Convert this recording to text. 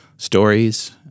stories